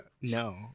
No